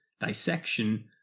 dissection